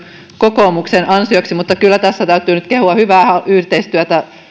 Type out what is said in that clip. kokoomuksen ansioksi mutta kyllä tässä täytyy nyt kehua hyvää yhteistyötä